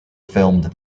filmed